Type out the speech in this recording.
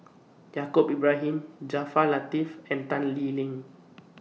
Yaacob Ibrahim Jaafar Latiff and Tan Lee Leng